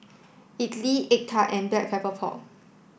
idly egg tart and black pepper pork